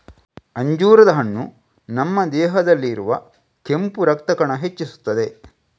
ಅಂಜೂರದ ಹಣ್ಣು ನಮ್ಮ ದೇಹದಲ್ಲಿ ಇರುವ ಕೆಂಪು ರಕ್ತ ಕಣ ಹೆಚ್ಚಿಸ್ತದೆ